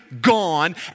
gone